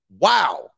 wow